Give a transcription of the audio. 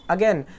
Again